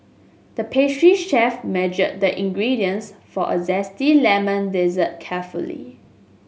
the pastry chef measured the ingredients for a zesty lemon dessert carefully